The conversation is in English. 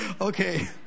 okay